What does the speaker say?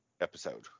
episode